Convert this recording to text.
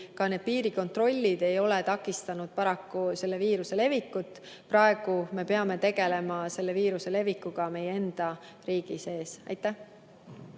ka need piirikontrollid takistanud paraku selle viiruse levikut. Praegu me peame tegelema viiruse levikuga meie enda riigi sees. Aitäh!